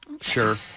Sure